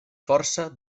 força